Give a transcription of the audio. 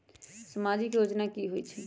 समाजिक योजना की होई छई?